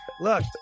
Look